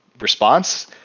response